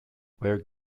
where